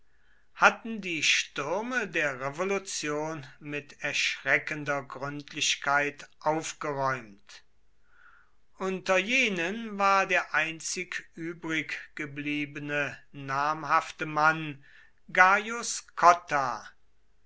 hatten die stürme der revolution mit erschreckender gründlichkeit aufgeräumt unter jenen war der einzig übriggebliebene namhafte mann gaius cotta